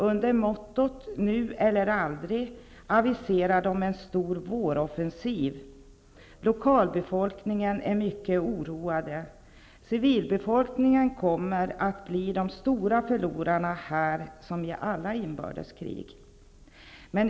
Under mottot ''nu eller aldrig' aviserar de en stor våroffensiv. Lokalbefolkningen är mycket oroad. Civilbefolkningen kommer att bli de stora förlorarna här som i alla inbördeskrig.''